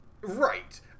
right